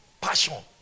passion